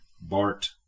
Bart